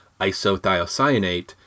isothiocyanate